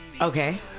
Okay